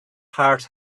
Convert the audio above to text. heart